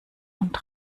und